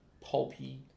pulpy